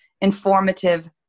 informative